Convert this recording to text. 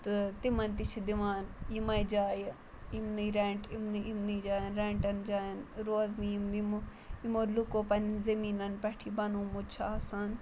تہٕ تِمَن تہِ چھِ دِوان یِمَے جایہِ اِمنٕے رٮ۪نٛٹ اِمنٕے اِمنٕے جایَن رٮ۪نٛٹَن جایَن روزن یِم یِمو یِمو لُکو پنٛنٮ۪ن زٔمیٖنَن پٮ۪ٹھ یہِ بَنومُت چھُ آسان